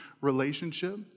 relationship